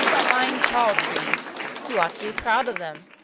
fine tall trees you ought to be proud of them.